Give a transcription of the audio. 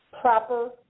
Proper